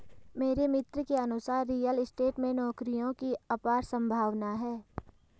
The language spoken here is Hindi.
मेरे मित्र के अनुसार रियल स्टेट में नौकरियों की अपार संभावना है